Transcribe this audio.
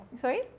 Sorry